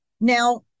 Now